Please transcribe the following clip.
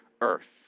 earth